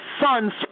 son's